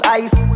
ice